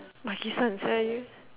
makisan sia you